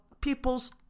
people's